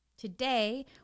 Today